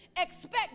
expect